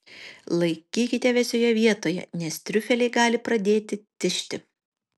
laikykite vėsioje vietoje nes triufeliai gali pradėti tižti